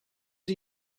are